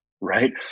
right